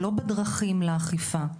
לא בדרכים לאכיפה,